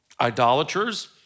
idolaters